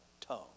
tongue